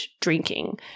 drinking